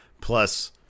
plus –